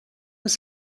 was